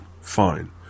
fine